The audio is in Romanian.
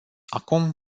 acum